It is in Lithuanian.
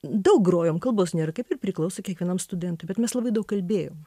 daug grojom kalbos nėra kaip ir priklauso kiekvienam studentui bet mes labai daug kalbėjom